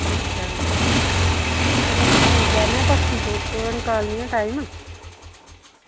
अच्छा चलो ठीक ऐ में परसूं करङ कॉल हून टाईम निं